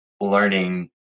learning